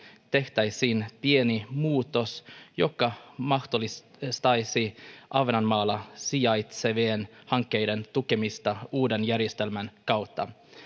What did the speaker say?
tehtäisiin pieni muutos joka mahdollistaisi ahvenanmaalla sijaitsevien hankkeiden tukemista uuden järjestelmän kautta